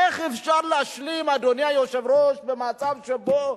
איך אפשר להשלים, אדוני היושב-ראש, עם מצב שבו